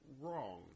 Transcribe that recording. wrong